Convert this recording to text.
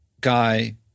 guy